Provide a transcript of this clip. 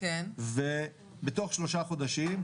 ובתוך שלושה חודשים,